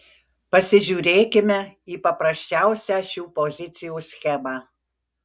pasižiūrėkime į paprasčiausią šių pozicijų schemą